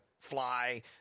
fly